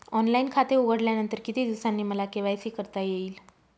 Online खाते उघडल्यानंतर किती दिवसांनी मला के.वाय.सी करता येईल?